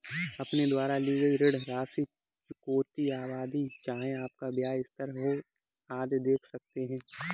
अपने द्वारा ली गई ऋण राशि, चुकौती अवधि, चाहे आपका ब्याज स्थिर हो, आदि देख सकते हैं